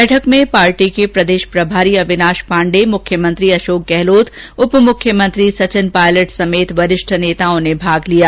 बैठक में पार्टी के प्रदेष प्रभारी अविनाष पांडे मुख्यमंत्री अषोक गहलोत उपमुख्यमंत्री सचिन पायलट समेत वरिष्ठ नेताओं ने भाग लिया